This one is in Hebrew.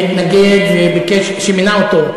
שמינה אותו,